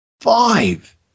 Five